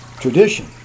Tradition